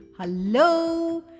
Hello